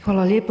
Hvala lijepo.